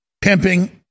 Pimping